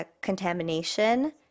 contamination